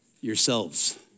Yourselves